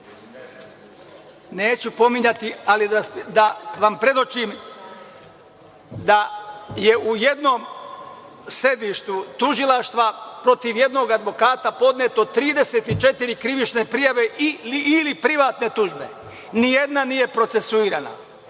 Neću pominjati, ali da vam predočim da je u jednom sedištu tužilaštva protiv jednog advokata podneto 34 krivične prijave ili privatne tužbe. Nijedna nije procesuirana.